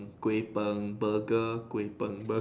Kuay Png Burger Kuay Png Burger